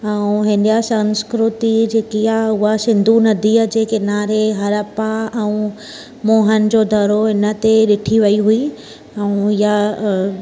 ऐं हीअ संस्कृती जेकी आहे उहा सिंधु नदीअ जे किनारे हरपा ऐं मोहन जो दड़ो हिन ते ॾिठी वई हुई ऐं हीअ